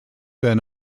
been